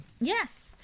yes